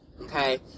okay